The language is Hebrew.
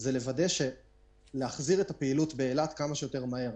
זה לוודא להחזיר את הפעילות באילת כמה שיותר מהר.